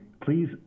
please